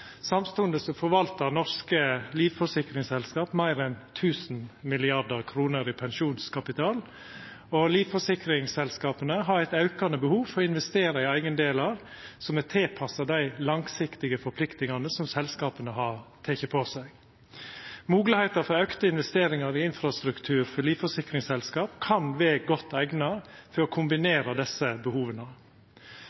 forvaltar norske livforsikringsselskap meir enn 1 000 mrd. kr i pensjonskapital, og livforsikringsselskapa har eit aukande behov for å investera i eigedelar som er tilpassa dei langsiktige forpliktingane som selskapa har teke på seg. Moglegheita for auka investeringar i infrastruktur for livforsikringsselskap kan vera godt eigna for å